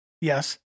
Yes